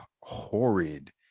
horrid